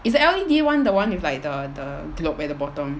is the L_E_D one the one with like the the globe at the bottom